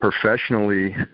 Professionally